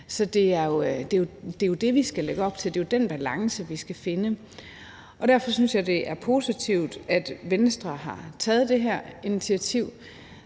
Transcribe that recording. Det er jo det, vi skal lægge op til; det er jo den balance, vi skal finde. Derfor synes jeg, at det er positivt, at Venstre har taget det her initiativ,